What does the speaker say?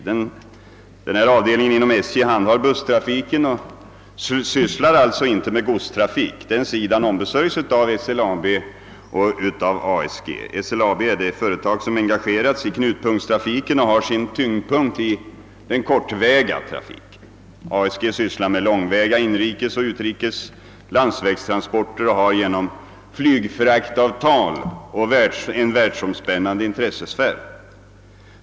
Denna avdelning inom SJ handhar busstrafiken och sysslar alltså inte med godstrafik; den sidan ombesörjes av SLAB och av ASG. SLAB är det företag som engagerats i knutpunktstrafiken och har sin tyngdpunkt i närtrafiken medan ASG sysslar med långväga inrikes och utrikes landsvägstransporter och genom bl.a. flygfraktavtal har en världsomspännande intressesfär.